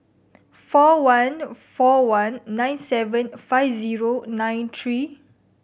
four one four one nine seven five zero nine three